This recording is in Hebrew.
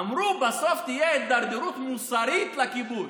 אמרו: בסוף תהיה הידרדרות מוסרית לכיבוש.